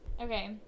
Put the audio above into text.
Okay